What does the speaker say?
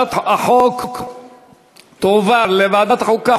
הצעת החוק תועבר לוועדת חוקה,